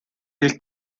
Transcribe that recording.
del